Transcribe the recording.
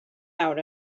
out